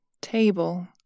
table